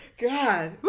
God